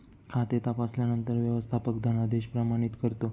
खाते तपासल्यानंतर व्यवस्थापक धनादेश प्रमाणित करतो